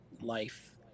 life